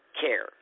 care